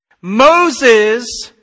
Moses